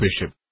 bishop